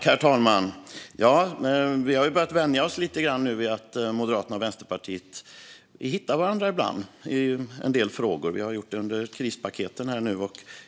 Herr talman! Vi har ju börjat vänja oss lite vid att Moderaterna och Vänsterpartiet hittar varandra i en del frågor. Vi har gjort det i samband med krispaketen här.